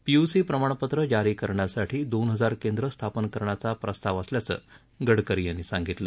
PUC प्रमाणपत्र जारी करण्यासाठी दोन हजार केंद्र स्थापन करण्याचा प्रस्ताव असल्याचं गडकरी यांनी सांगितलं